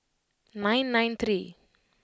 nine nine three